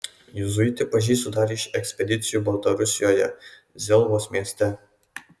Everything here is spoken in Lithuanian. juzuitį pažįstu dar iš ekspedicijų baltarusijoje zelvos mieste